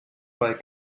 bei